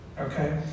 Okay